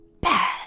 bad